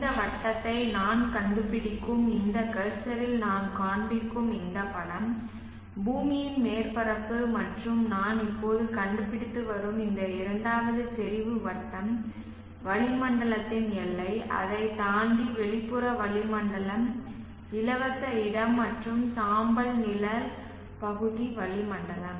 இந்த வட்டத்தை நான் கண்டுபிடிக்கும் இந்த கர்சரில் நான் காண்பிக்கும் இந்த படம் பூமியின் மேற்பரப்பு மற்றும் நான் இப்போது கண்டுபிடித்து வரும் இந்த இரண்டாவது செறிவு வட்டம் வளிமண்டலத்தின் எல்லை அதையும் தாண்டி வெளிப்புற வளிமண்டலம் இலவச இடம் மற்றும் சாம்பல் நிழல் பகுதி வளிமண்டலம்